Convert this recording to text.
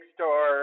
Star